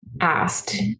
asked